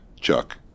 Chuck